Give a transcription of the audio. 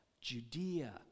Judea